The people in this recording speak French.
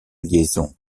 liaison